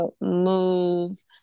move